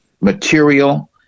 material